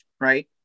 right